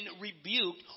rebuked